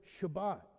Shabbat